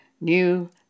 new